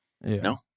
no